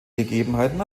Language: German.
gegebenheiten